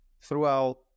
throughout